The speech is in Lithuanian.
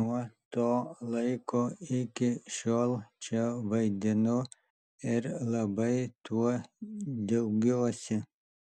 nuo to laiko iki šiol čia vaidinu ir labai tuo džiaugiuosi